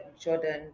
Jordan